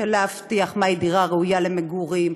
להבטיח מהי דירה ראויה למגורים,